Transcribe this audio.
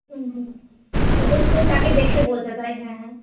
হুম হুম অবশ্যই তাকে দেখে বোঝা যায় হ্যাঁ